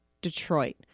detroit